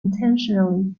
intentionally